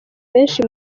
benshi